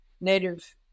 native